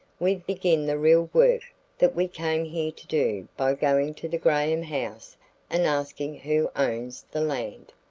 we'd begin the real work that we came here to do by going to the graham house and asking who owns the land.